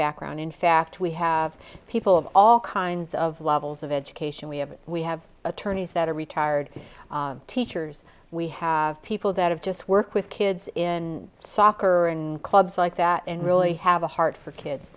background in fact we have people of all kinds of levels of education we have we have attorneys that are retired teachers we have people that have just work with kids in soccer and clubs like that and really have a heart for kids